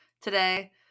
today